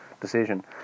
decision